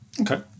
Okay